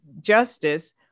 justice